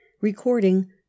Recording